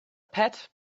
pet